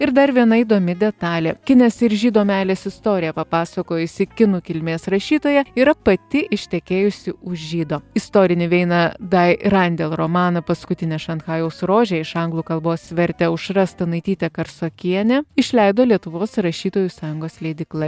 ir dar viena įdomi detalė kinės ir žydo meilės istoriją papasakojusi kinų kilmės rašytoja yra pati ištekėjusi už žydo istorinį veina dai randel romaną paskutinė šanchajaus rožė iš anglų kalbos vertė aušra stanaitytė karsokienė išleido lietuvos rašytojų sąjungos leidykla